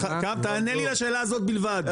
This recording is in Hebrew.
תענה לי על השאלה הזאת בלבד,